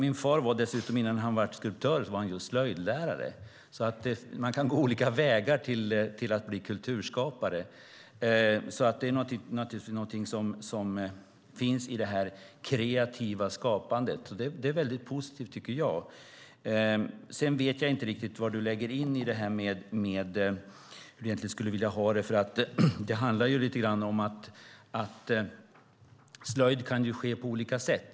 Innan min far blev skulptör var han just slöjdlärare, så man kan gå olika vägar till att bli kulturskapare. Det är någonting som finns i det kreativa skapandet. Det är väldigt positivt, tycker jag. Sedan vet jag inte riktigt vad du lägger in i det du säger om hur du egentligen skulle vilja ha det. Det handlar ju lite grann om att slöjd kan ske på olika sätt.